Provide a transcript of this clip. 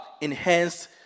enhanced